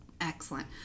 Excellent